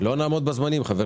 אלה היו בבוקר פה, אז מה?